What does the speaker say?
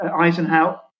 Eisenhower